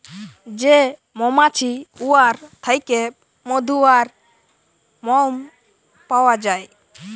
যে মমাছি উয়ার থ্যাইকে মধু আর মমও পাউয়া যায়